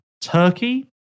Turkey